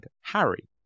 Harry